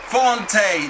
Fonte